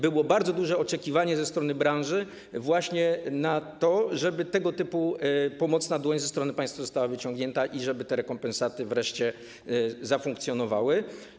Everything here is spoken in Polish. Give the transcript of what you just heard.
Było bardzo duże oczekiwanie ze strony branży właśnie na to, żeby tego typu pomocna dłoń ze strony państwa została wyciągnięta i żeby te rekompensaty wreszcie zafunkcjonowały.